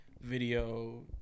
video